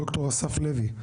ד"ר אסף לוי.